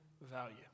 value